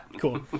cool